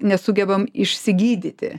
nesugebam išsigydyti